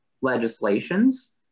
legislations